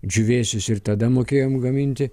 džiūvėsius ir tada mokėjom gaminti